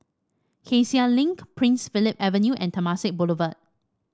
Cassia Link Prince Philip Avenue and Temasek Boulevard